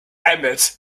ahmed